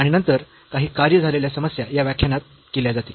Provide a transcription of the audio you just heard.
आणि नंतर काही कार्य झालेल्या समस्या या व्याख्यानात केल्या जातील